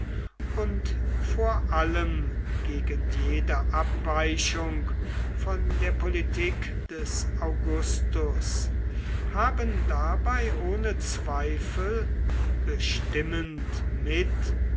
und vor allem gegen jede abweichung von der politik des augustus haben dabei ohne zweifel bestimmend mit